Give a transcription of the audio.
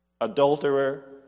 Adulterer